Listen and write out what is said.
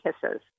kisses